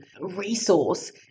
resource